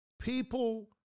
people